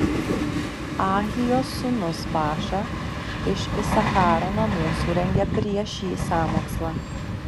ahijos sūnus baša iš isacharo namų surengė prieš jį sąmokslą